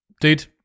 Dude